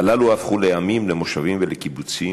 הללו הפכו לימים למושבים ולקיבוצים,